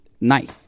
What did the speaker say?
night